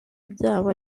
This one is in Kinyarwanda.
byabo